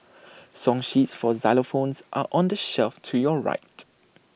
song sheets for xylophones are on the shelf to your right